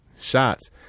shots